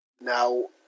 Now